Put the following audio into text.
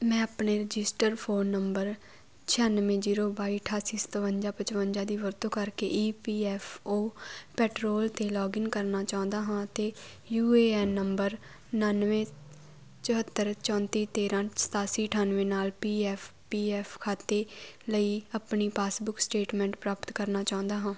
ਮੈਂ ਆਪਣੇ registered phone number ਛਿਆਨਵੇਂ ਜੀਰੋ ਬਾਈ ਅਠਾਸੀ ਸਤਵੰਜਾ ਪਚਵੰਜਾ ਦੀ ਵਰਤੋਂ ਕਰਕੇ E P F O portal 'ਤੇ ਲੌਗਇਨ ਕਰਨਾ ਚਾਹੁੰਦਾ ਹਾਂ ਅਤੇ ਯੂ ਏ ਐਨ ਨੰਬਰ ਉਣਾਨਵੇਂ ਚੁਹੱਤਰ ਚੌਂਤੀ ਤੇਰਾਂ ਸਤਾਸੀ ਅਠਾਨਵੇਂ ਨਾਲ ਪੀ ਐਫ ਪੀ ਐਫ ਖਾਤੇ ਲਈ ਆਪਣੀ ਪਾਸਬੁੱਕ ਸਟੇਟਮੈਂਟ ਪ੍ਰਾਪਤ ਕਰਨਾ ਚਾਹੁੰਦਾ ਹਾਂ